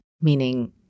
meaning-